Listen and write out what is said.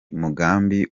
mugambi